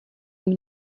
jim